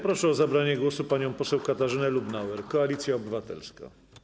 Proszę o zabranie głosu panią poseł Katarzynę Lubnauer, Koalicja Obywatelska.